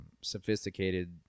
sophisticated